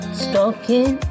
stalking